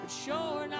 Sure